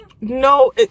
No